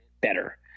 better